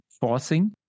forcing